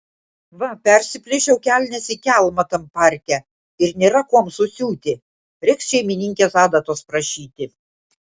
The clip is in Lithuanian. va persiplėšiau kelnes į kelmą tam parke ir nėra kuom susiūti reiks šeimininkės adatos prašyti